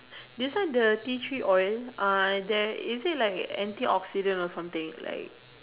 this one the tea tree oil uh there is it like antioxidant or something like